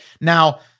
Now